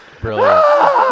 Brilliant